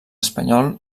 espanyol